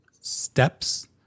steps